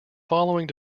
following